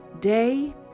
day